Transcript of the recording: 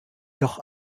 doch